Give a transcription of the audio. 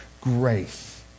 Grace